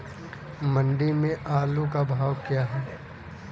मंडी में आलू का भाव क्या है?